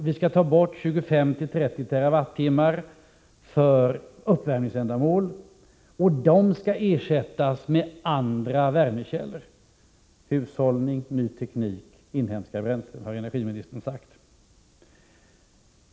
Vi skall ta bort 25-30 TWh för uppvärmningsändamål, och de skall ersättas med andra värmekällor — det skall bli hushållning, ny teknik, inhemska bränslen, har energiministern sagt.